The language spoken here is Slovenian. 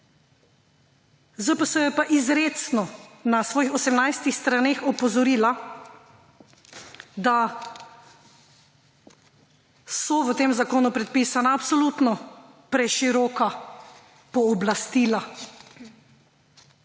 ZPS je pa izrecno na svojih 18 straneh opozorila, da so v tem zakonu predpisana absolutno preširoka pooblastila.